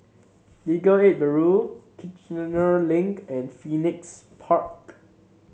Legal Aid Bureau Kiichener Link and Phoenix Park